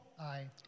Aye